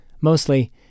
Mostly